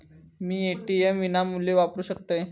मी ATM विनामूल्य वापरू शकतय?